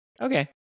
okay